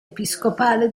episcopale